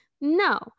no